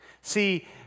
See